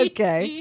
Okay